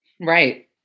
Right